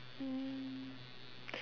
mm